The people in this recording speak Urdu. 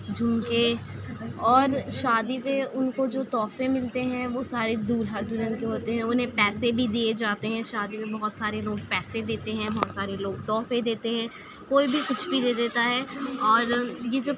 جھمکے اور شادی پہ ان کو جو تحفے ملتے ہیں وہ سارے دولہا دولہن کے ہوتے ہیں انہیں پیسے بھی دییے جاتے ہیں شادی میں بہت سارے لوگ پیسے دیتے ہیں بہت سارے تحفے دیتے ہیں کوئی بھی کچھ بھی دے دیتا ہے اور یہ جب